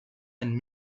ein